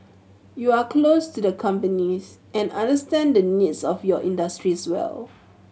you are close to the companies and understand the needs of your industries well